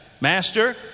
Master